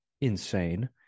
insane